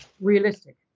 realistic